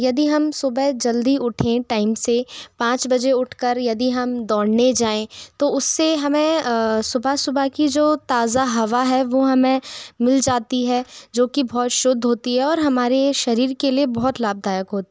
यदि हम सुबह जल्दी उठें टाइम से पाँच बजे उठ कर यदि हम दौड़ने जाएँ तो उस से हमें सुबह सुबह की जो ताज़ा हवा है वो हमें मिल जाती है जो कि बहुत शुद्ध होती है और हमारे शरीर के लिए बहुत लाभदायक होती है